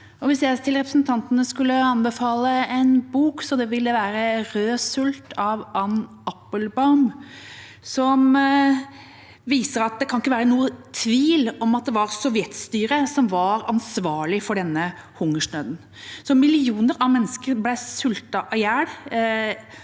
en bok til representantene, ville det være Rød sult av Anne Applebaum, som viser at det ikke kan være noen tvil om at det var sovjetstyret som var ansvarlig for denne hungersnøden. Millioner av mennesker ble sultet i hjel.